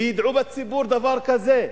שידעו בציבור דבר כזה.